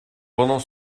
pendant